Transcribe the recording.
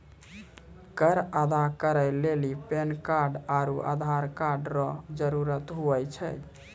कर अदा करै लेली पैन कार्ड आरू आधार कार्ड रो जरूत हुवै छै